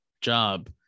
job